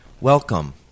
Welcome